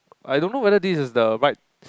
I don't know whether this is the right